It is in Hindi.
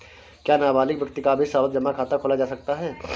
क्या नाबालिग व्यक्ति का भी सावधि जमा खाता खोला जा सकता है?